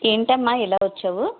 ఎంటమ్మా ఇలా వచ్చావు